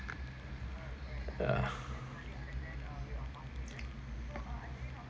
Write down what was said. yeah